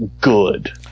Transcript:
good